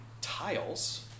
tiles